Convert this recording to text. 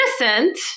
innocent